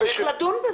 צריך לדון בזה.